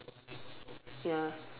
ya